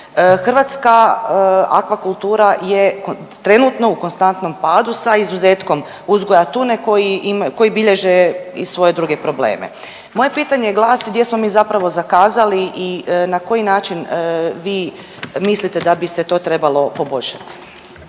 hrvatska akvakultura je trenutno u konstantnom padu sa izuzetkom uzgoja tune koji imaju, koji bilježe i svoje druge probleme. Moje pitanje glasi gdje smo mi zapravo zakazali i na koji način vi mislite da bi se to trebalo poboljšati?